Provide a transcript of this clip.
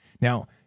Now